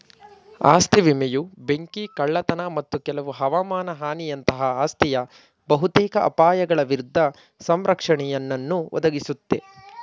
ಆಸ್ತಿ ವಿಮೆಯು ಬೆಂಕಿ ಕಳ್ಳತನ ಮತ್ತು ಕೆಲವು ಹವಮಾನ ಹಾನಿಯಂತಹ ಆಸ್ತಿಯ ಬಹುತೇಕ ಅಪಾಯಗಳ ವಿರುದ್ಧ ಸಂರಕ್ಷಣೆಯನ್ನುಯ ಒದಗಿಸುತ್ತೆ